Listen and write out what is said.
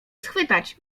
schwytać